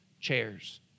chairs